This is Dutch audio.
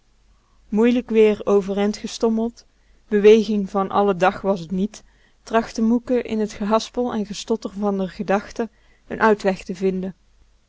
moeilijk weer overend gestommeld beweging van allen dag was t niet trachtte moeke in t gehaspel en gestotter van r gedachten n uitweg te vinden